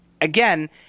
again